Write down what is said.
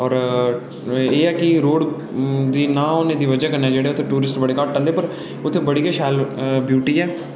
और एह् कि रोड़ दी ना होने दी बजह् कन्नै जेह्ड़े उत्थै टूरिस्ट बड़े घट्ट औंदे न पर उत्थै बड़ी गै शैल ब्यूटी ऐ